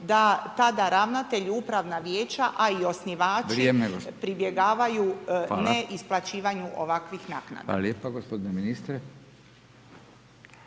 da tada ravnatelj i Upravna vijeća, a i osnivači pribjegavaju neisplaćivanju ovakvih naknada.